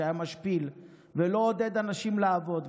שהיה משפיל ולא עודד אנשים לעבוד,